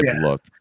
look